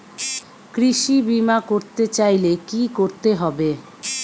কৃষি বিমা করতে চাইলে কি করতে হবে?